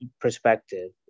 perspective